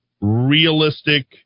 realistic